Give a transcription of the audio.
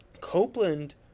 Copeland